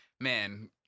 Man